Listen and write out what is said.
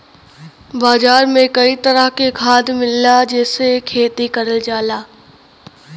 बाजार में कई तरह के खाद मिलला जेसे खेती करल जाला